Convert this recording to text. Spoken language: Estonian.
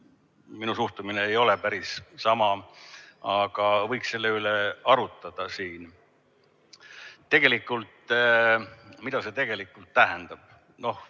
Minu suhtumine ei ole päris sama. Aga võiks selle üle arutada siin. Mida see tegelikult tähendab? On